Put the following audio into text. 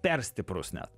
per stiprus net